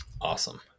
Awesome